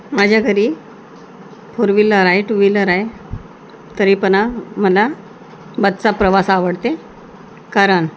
माझ्या घरी four wheeler आहे टू व्हीलर आहे तरीपण मला बचचा प्रवास आवडते कारण